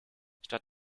statt